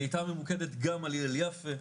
היא הייתה ממוקדת גם על הלל יפה.